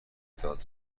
داد